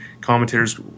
commentators